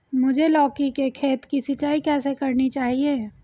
मुझे लौकी के खेत की सिंचाई कैसे करनी चाहिए?